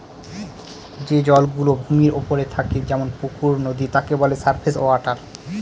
যে জল গুলো ভূমির ওপরে থাকে যেমন পুকুর, নদী তাকে বলে সারফেস ওয়াটার